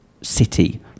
city